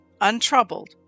untroubled